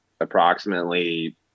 approximately